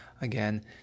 again